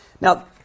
Now